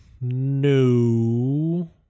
No